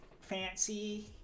fancy